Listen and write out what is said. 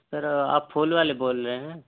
سر آپ پھول والے بول رہے ہیں